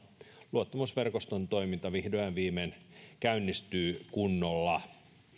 luottamusverkoston toiminta vihdoin ja viimein käynnistyy kunnolla varsinkin